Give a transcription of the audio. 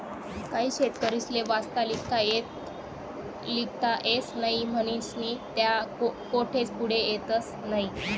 काही शेतकरीस्ले वाचता लिखता येस नही म्हनीस्नी त्या कोठेच पुढे येतस नही